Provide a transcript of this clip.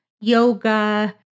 yoga